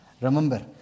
Remember